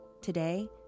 Today